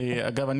אגב,